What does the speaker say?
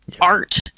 art